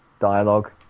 dialogue